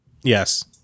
Yes